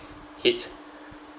hit